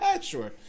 Sure